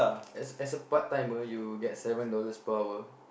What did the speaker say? as a as a part timer you get seven dollars per hour